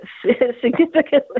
significantly